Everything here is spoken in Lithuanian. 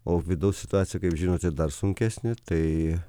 o vidaus situacija kaip žinote dar sunkesnė tai